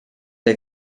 der